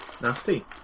Nasty